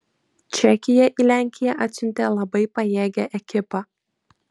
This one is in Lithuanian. čekija į lenkiją atsiuntė labai pajėgią ekipą